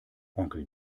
onkel